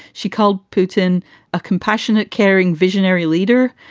she called putin a compassionate, caring, visionary leader.